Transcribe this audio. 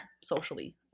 socially